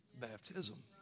baptism